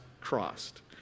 crossed